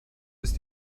ist